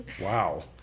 Wow